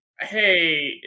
Hey